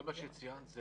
כל מה שציינת זה